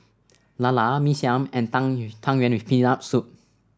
Lala Mee Siam and Tang Tang Yuen with Peanut Soup